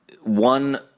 one